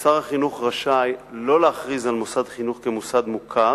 ששר החינוך רשאי שלא להכריז על מוסד חינוך כמוסד מוכר